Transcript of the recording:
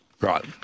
Right